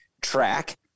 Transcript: track